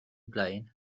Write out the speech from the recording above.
blaen